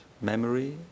memory